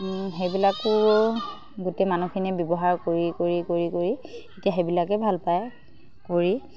সেইবিলাকো গোটেই মানুহখিনিয়ে ব্যৱহাৰ কৰি কৰি কৰি কৰি এতিয়া সেইবিলাকে ভাল পায় কৰি